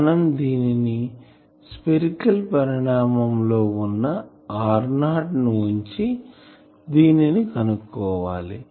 మనం దీని స్పెరికల్ పరిణామం లో వున్న r0 ని ఉంచి దీనిని కనుక్కోవాలి